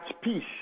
peace